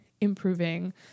improving